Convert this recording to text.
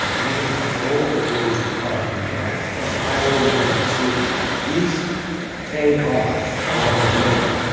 i didn't have all the range of cards in my hands. right. i only can receive these ten cards. got out of the maze.